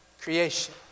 creation